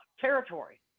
territory